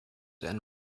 and